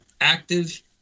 active